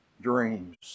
dreams